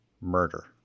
murder